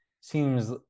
seems